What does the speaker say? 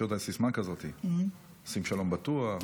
בבחירות הייתה סיסמה כזאת: עושים שלום בטוח,